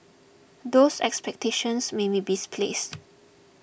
those expectations may be misplaced